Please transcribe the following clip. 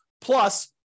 plus